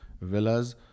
villas